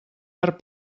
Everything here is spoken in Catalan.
per